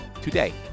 today